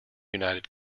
united